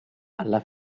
alla